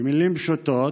במילים פשוטות,